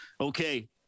okay